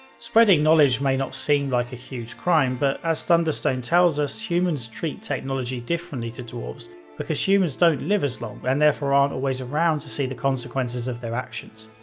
spreading knowledge may not seem like a huge crime, but as thunderstone tells us, humans treat technology differently to dwarves because humans don't live as long and therefore aren't always around to see the consequences of their actions.